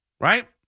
Right